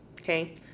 Okay